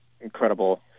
incredible